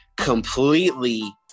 completely